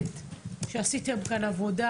עשיתם כאן עבודה